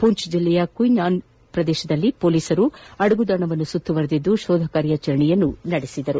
ಪೂಂಚ್ ಜಿಲ್ಲೆಯ ಕುನೈಯಾನ್ನಲ್ಲಿ ಪೊಲೀಸರು ಅದಗುತಾಣವನ್ನು ಸುತ್ತುವರಿದು ಶೋಧ ಕಾರ್ಯಾಚರಣೆ ನಡೆಸಿದರು